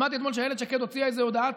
שמעתי אתמול שאילת שקד הוציאה איזה הודעת